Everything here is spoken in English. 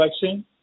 vaccine